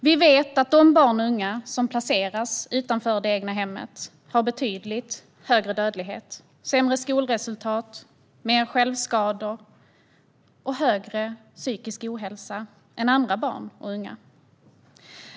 Vi vet att de barn och unga som placeras utanför det egna hemmet har betydligt högre dödlighet, sämre skolresultat, mer självskador och större psykisk ohälsa än andra barn och unga.